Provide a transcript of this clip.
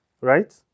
right